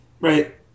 Right